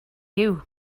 you